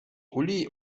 uli